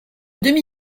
demi